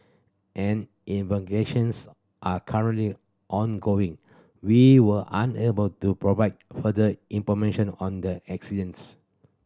an investigations are currently ongoing we were unable to provide further information on the accidence